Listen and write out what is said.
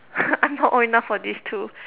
I'm not old enough for this too